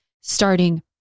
starting